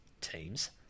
teams